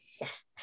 yes